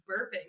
burping